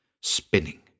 spinning